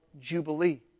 jubilee